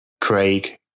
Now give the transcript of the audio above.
Craig